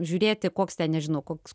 žiūrėti koks ten nežinau koks